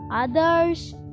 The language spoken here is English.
other's